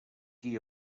qui